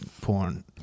porn